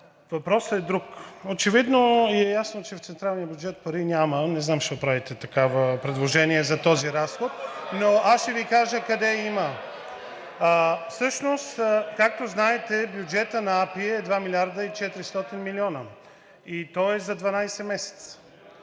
Въпросът е друг. Очевидно Ви е ясно, че в централния бюджет пари няма (шум и реплики), не знам защо правите такова предложение за този разход, но аз ще Ви кажа къде има. Всъщност, както знаете, бюджетът на АПИ е 2 млрд. и 400 млн. лв. и той е за 12 месеца.